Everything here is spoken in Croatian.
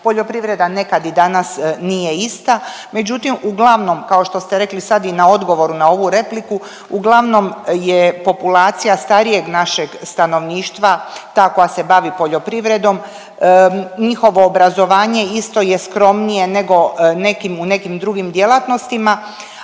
poljoprivreda nekad i danas nije ista, međutim uglavnom kao što ste rekli sad i na odgovoru na ovu repliku uglavnom je populacija starijeg našeg stanovništva ta koja se bavi poljoprivrednom. Njihovo obrazovanje isto je skromnije nego nekim, u nekim drugim djelatnostima,